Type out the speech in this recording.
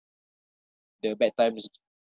the bad times